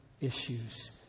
issues